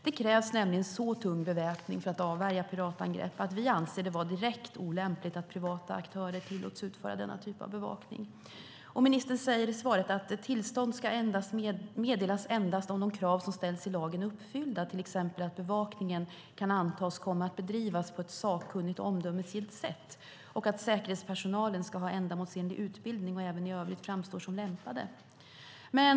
Det krävs nämligen så tung beväpning för att avvärja piratangrepp att vi anser det vara direkt olämpligt att privata aktörer tillåts utföra denna typ av bevakning. Ministern säger i svaret att tillstånd meddelas endast om de krav som ställs i lagen är uppfyllda, till exempel att bevakningen kan antas komma att bedrivas på ett sakkunnigt och omdömesgillt sätt. Säkerhetspersonalen ska ha ändamålsenlig utbildning och även i övrigt framstå som lämpad.